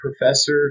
professor